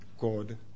God